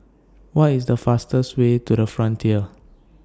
What IS The fastest Way to The Frontier